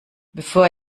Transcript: bevor